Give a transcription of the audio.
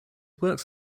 works